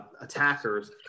attackers